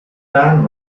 daan